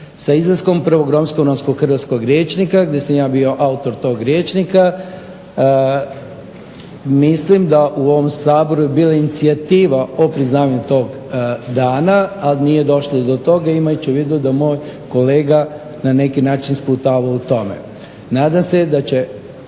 Sa izlaskom prvog …/Ne razumije se./… hrvatskog rječnika gdje sam ja bio autor tog rječnika mislim da u ovom Saboru je bila inicijativa o priznavanju tog dana ali nije došlo do toga, imajući u vidu da moj kolega na neki način sputava u tome. Nadam se da će